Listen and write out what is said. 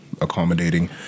accommodating